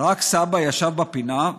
רק סבא ישב בפינה ושתק: